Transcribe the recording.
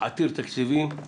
עתיר תקציבים.